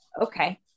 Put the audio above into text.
Okay